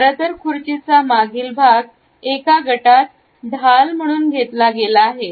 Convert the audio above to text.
खरं तर खुर्चीचा मागील भाग एका गटात ढाल म्हणून घेतला गेला आहे